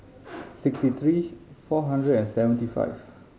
sixty three four hundred and seventy five